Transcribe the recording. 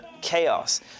chaos